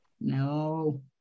No